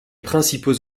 principaux